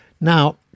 Now